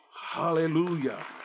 Hallelujah